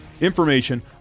Information